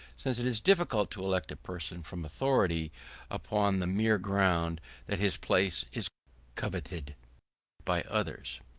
since it is difficult to eject a person from authority upon the mere ground that his place is coveted by others.